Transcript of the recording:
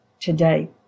today